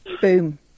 Boom